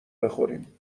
بخوریم